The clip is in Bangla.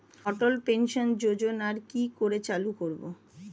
অটল পেনশন যোজনার কি করে চালু করব?